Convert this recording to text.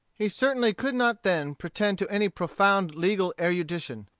he certainly could not then pretend to any profound legal erudition,